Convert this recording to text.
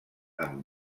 amb